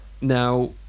now